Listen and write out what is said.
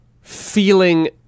feeling